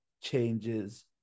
changes